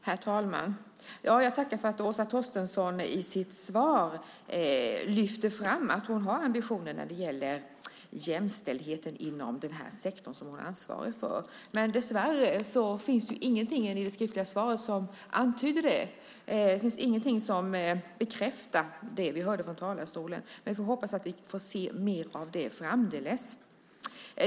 Herr talman! Jag tackar för att Åsa Torstensson i sitt svar lyfter fram att hon har ambitioner när det gäller jämställdheten inom den här sektorn som hon är ansvarig för. Men dessvärre finns det ingenting i det skriftliga svaret som antyder det. Det finns ingenting som bekräftar det vi hörde från talarstolen. Men vi får hoppas att vi får se mer av det framdeles.